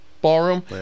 ballroom